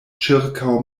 ĉirkaŭ